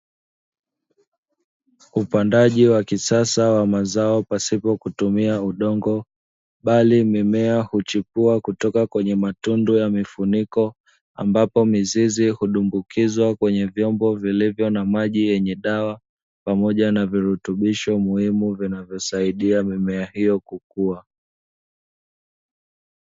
Upandaji wa kisasa wa mazao pasipo kutumia udongo, bali mimea huchipua kutoka kwenye matundu ya mifuniko ambapo mizizi hudumbukizwa kwenye vyombo vilivyo na maji yenye dawa, pamoja na virutubisho muhimu vinavyosaidia mimea hiyo kukua.